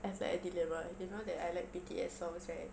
there was like a dilemma you know that I like B_T_S songs right